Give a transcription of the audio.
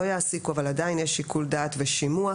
יעסיקו אבל עדיין יש שיקול דעת ושימוע.